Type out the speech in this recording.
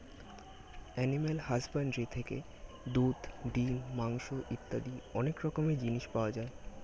animal husbandry থেকে দুধ, ডিম, মাংস ইত্যাদি অনেক রকমের জিনিস পাওয়া যায়